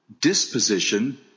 disposition